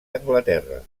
anglaterra